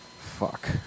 Fuck